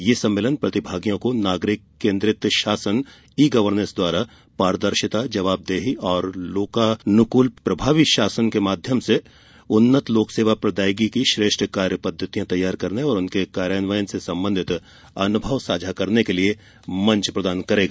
यह सम्मेलन प्रतिभागियों को नागरिक केन्द्रित शासन ई गवर्नेंस द्वारा पारदर्शिता जवाबदेही और लोकानुकूल प्रभावी प्रशासन के माध्यम से उन्नत लोक सेवा प्रदायगी की श्रेष्ठ कार्य पद्धतियां तैयार करने और उनके कार्यान्वयन से संबंधित अनुभव साझा करने के लिए मंच प्रदान करेगा